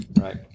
right